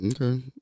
Okay